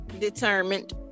determined